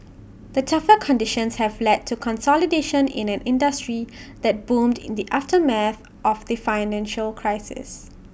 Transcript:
the tougher conditions have led to consolidation in an industry that boomed in the aftermath of the financial crisis